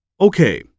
Okay